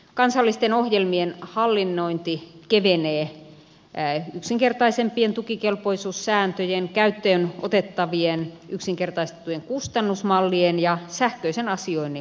kansallisten ohjelmien hallinnointi kevenee yksinkertaisempien tukikelpoisuussääntöjen käyttöön otettavien yksinkertaistettujen kustannusmallien ja sähköisen asioinnin myötä